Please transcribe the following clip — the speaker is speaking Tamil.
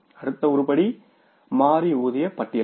அடுத்த உருப்படி மாறி ஊதிய பட்டியல்கள்